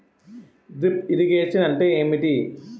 Drip irrigation అంటే ఏమిటి?